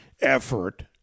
effort